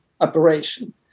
operation